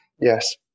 Yes